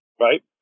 right